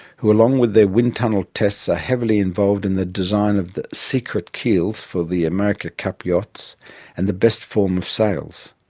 who along with their wind-tunnel tests are ah heavily involved in the design of the secret keels for the america cup yachts and the best form of sails.